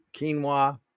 quinoa